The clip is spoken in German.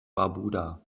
barbuda